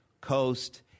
coast